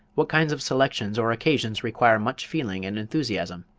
what kinds of selections or occasions require much feeling and enthusiasm?